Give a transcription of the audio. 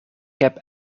heb